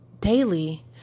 daily